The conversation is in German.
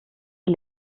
die